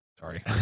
Sorry